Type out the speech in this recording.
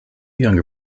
younger